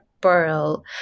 Pearl